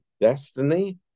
destiny